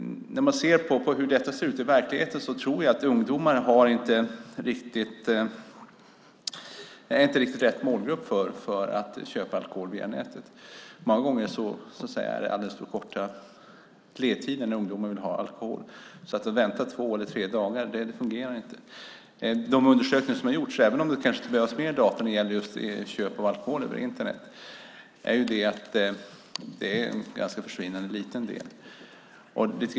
När man tittar på hur detta ser ut i verkligheten tror jag att ungdomar inte är riktigt rätt målgrupp för att köpa alkohol via nätet. Många gånger handlar det om korta tider när ungdomar vill ha alkohol. Att vänta två eller tre dagar fungerar inte. De undersökningar som har gjorts, även om det kanske skulle behövas mer data när det gäller just köp av alkohol över Internet, visar att det är en försvinnande liten del.